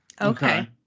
Okay